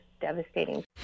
devastating